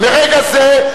מרגע זה,